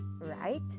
right